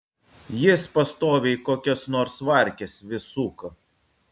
jis pastoviai kokias nors varkes vis suka